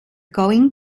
going